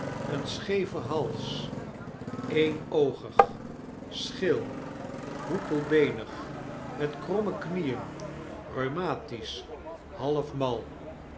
een scheeven hals eenoogig scheel hoepelbeenig met kromme knieen rheumatisch half